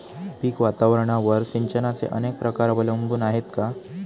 पीक वातावरणावर सिंचनाचे अनेक प्रकार अवलंबून आहेत का?